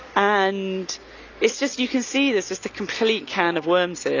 and it's just, you can see there's just a complete can of worms there.